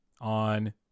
on